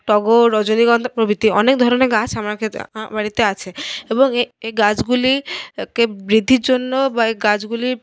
টগর রজনীগন্ধা প্রভৃতি অনেক ধরনের গাছ আমার আমার বাড়িতে আছে এবং এই গাছগুলিকে বৃদ্ধির জন্য বা এই গাছগুলির